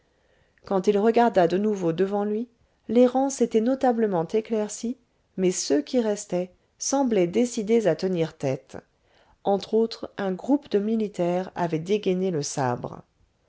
quand il regarda de nouveau devant lui les rangs s'étaient notablement éclaircis mais ceux qui restaient semblaient décidés à tenir tête entre autres un groupe de militaires avaient dégainé le sabre